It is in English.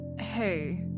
Hey